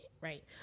right